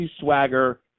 swagger